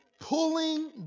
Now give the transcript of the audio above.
Pulling